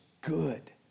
good